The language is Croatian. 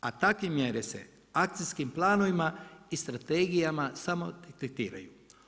A takvim mjere se akcijskim planovima i strategijama samo detektiraju.